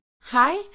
Hi